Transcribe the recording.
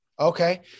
Okay